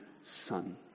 son